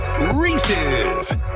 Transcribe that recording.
Reese's